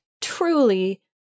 truly